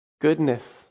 goodness